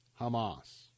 Hamas